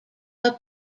are